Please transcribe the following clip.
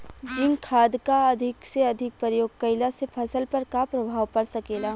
Zinc खाद क अधिक से अधिक प्रयोग कइला से फसल पर का प्रभाव पड़ सकेला?